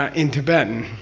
um in tibetan,